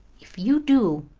if you do,